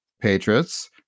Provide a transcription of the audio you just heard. Patriots